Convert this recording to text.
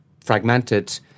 fragmented